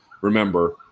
remember